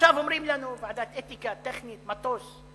עכשיו אומרים לנו: ועדת אתיקה, טכנית, מטוס.